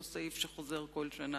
אותו סעיף שחוזר כל שנה,